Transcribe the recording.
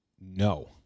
No